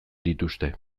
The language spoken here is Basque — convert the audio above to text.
dituzte